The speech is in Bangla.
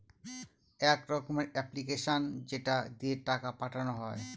এক রকমের এপ্লিকেশান যেটা দিয়ে টাকা পাঠানো হয়